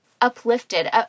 uplifted